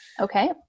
okay